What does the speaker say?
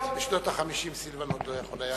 בשנות ה-50 סילבן שלום עוד לא היה יכול לראות,